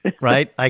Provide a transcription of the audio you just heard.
Right